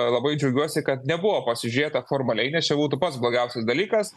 labai džiaugiuosi kad nebuvo pasižiūrėta formaliai nes čia būtų pats blogiausias dalykas